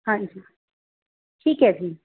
ਹਾਜੀ ਠੀਕ ਹੈ ਜੀ